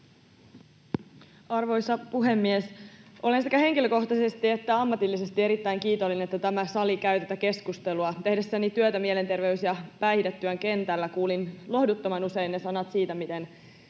Arvoisa puhemies! Olen sekä henkilökohtaisesti että ammatillisesti erittäin kiitollinen, että tämä sali käy tätä keskustelua. Tehdessäni työtä mielenterveys- ja päihdetyön kentällä kuulin lohduttoman usein sanat siitä, miten